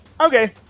Okay